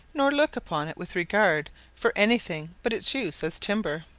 nor look upon it with regard for any thing but its use as timber.